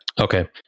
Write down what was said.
Okay